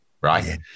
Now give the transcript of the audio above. right